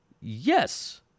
yes